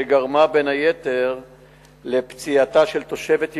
שגרמה בין היתר לפציעתה של תושבת ירושלים.